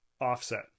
offset